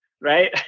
right